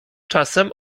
czasem